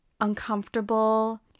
uncomfortable